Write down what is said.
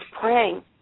praying